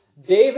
David